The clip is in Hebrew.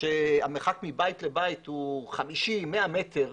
שבהם המרחק מבית לבית הוא 50 או 100 מטר,